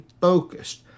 focused